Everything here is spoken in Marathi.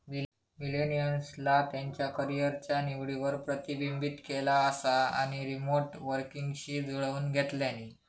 मिलेनियल्सना त्यांच्या करीयरच्या निवडींवर प्रतिबिंबित केला असा आणि रीमोट वर्कींगशी जुळवुन घेतल्यानी